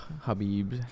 Habib